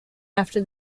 after